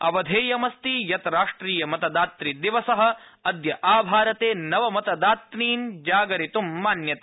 अवधेयमस्ति यत् राष्ट्रिय मतदातू दिवस अद्य आभारते नवमतदातृन जागरितुं मान्यते